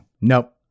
Nope